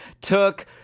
took